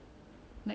I nak beli air